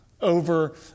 over